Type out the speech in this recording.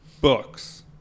books